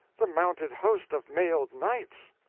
the mounted host of mailed knights.